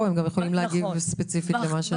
והם יכולים להגיב ספציפית למה שאת אומרת.